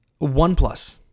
OnePlus